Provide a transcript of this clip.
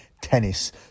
tennis